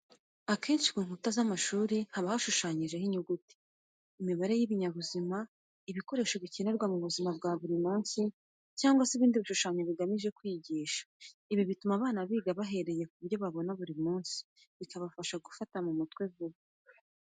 Akenshi ku nkuta z'amashuri haba hashushanyijeho inyuguti, imibare, ibinyabuzima, ibikoresho bikenerwa mu buzima bwa buri munsi cyangwa ibindi bishushanyo bigamije kwigisha. Ibi bituma abana biga bahereye ku byo babona buri munsi, bikabafasha gufata mu mutwe vuba.